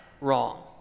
wrong